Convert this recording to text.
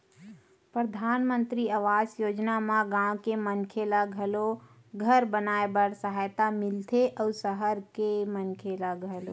परधानमंतरी आवास योजना म गाँव के मनखे ल घलो घर बनाए बर सहायता मिलथे अउ सहर के मनखे ल घलो